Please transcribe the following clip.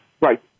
Right